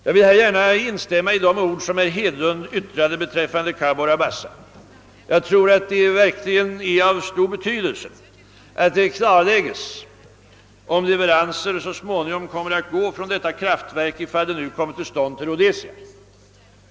Jag vill gärna instämma i de ord herr Hedlund yttrade beträffande Cabora Bassa. Jag tror att det verkligen är av stor betydelse att det klarläggs om leveranser så småningom kommer att gå från detta kraftverk, ifall det nu kommer till stånd, till Rhodesia.